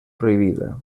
prohibida